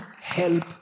help